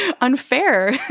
unfair